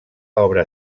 obra